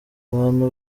abantu